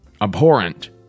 abhorrent